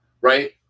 right